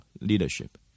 leadership